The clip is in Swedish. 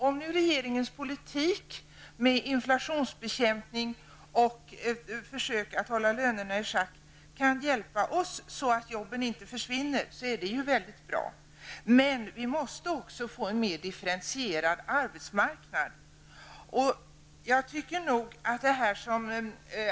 Om nu regeringens politik med inflationsbekämpning och försök att hålla lönerna i schack kan hjälpa oss så att jobben inte försvinner, är det mycket bra. Men vi måste också få en mer differentierad arbetsmarknad.